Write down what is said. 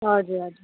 हजुर हजुर